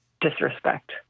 disrespect